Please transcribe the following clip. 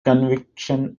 conviction